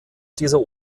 dieser